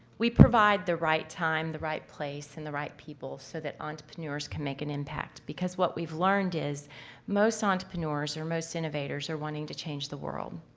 we provide the right time the right place and the right people? so that entrepreneurs can make an impact because what we've learned is most entrepreneurs or most innovators are wanting to change the world.